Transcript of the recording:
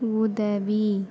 உதவி